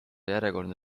järjekordne